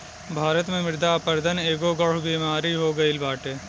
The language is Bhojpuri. भारत में मृदा अपरदन एगो गढ़ु बेमारी हो गईल बाटे